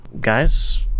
Guys